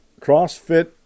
CrossFit